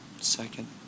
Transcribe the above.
second